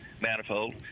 manifold